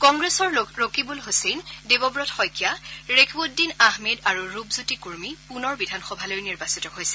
কংগ্ৰেছৰ ৰকিবুল ছছেইন দেৱৱত শইকীয়া ৰেকিবুদ্দিন আহমেদ আৰু ৰূপজ্যোতি কুৰ্মী পুনৰ বিধানসভালৈ নিৰ্বাচিত হৈছে